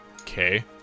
okay